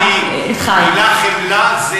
המילה חמלה,